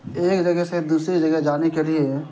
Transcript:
ایک جگہ سے دوسری جگہ جانے کے لیے